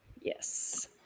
Yes